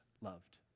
loved